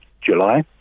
July